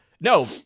no